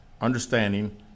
understanding